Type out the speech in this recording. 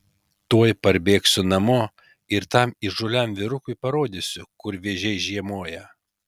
tuoj parbėgsiu namo ir tam įžūliam vyrukui parodysiu kur vėžiai žiemoja